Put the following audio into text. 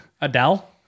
Adele